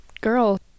girl